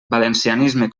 valencianisme